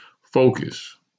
Focus